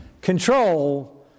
control